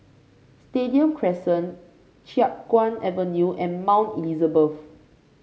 Stadium Crescent Chiap Guan Avenue and Mount Elizabeth